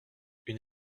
une